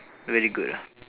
very good lah